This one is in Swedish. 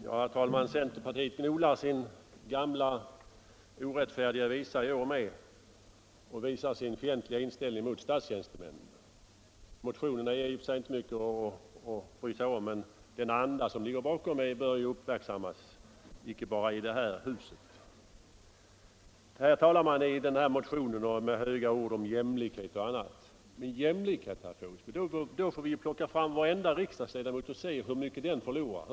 Herr talman! Centerpartiet gnolar sin gamla visa om orättfärdighet i år också och visar sin fientliga inställning mot statstjänstemännen. Motionen är i och för sig inte mycket att bry sig om, men den anda som ligger bakom bör uppmärksammas icke bara i det här huset. I motionen talar man med stora ord om jämlikhet och annat. Men om vi skall få 111 jämlikhet, herr Fågelsbo, måste vi plocka fram varendra riksdagsledamot och se om denne förlorar och hur mycket.